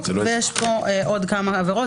ויש פה עוד כמה עבירות.